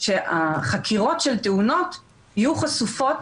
שהחקירות של תאונות יהיו חשופות